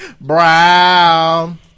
Brown